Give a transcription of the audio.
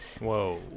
Whoa